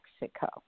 Mexico